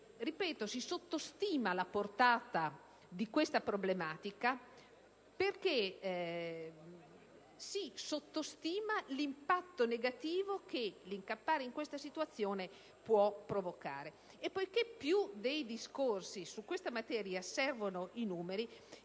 si sottostima la portata di tale problematica perché si sottovaluta l'impatto negativo che l'incappare in questa situazione può provocare. Poiché più dei discorsi su questa materia servono i numeri,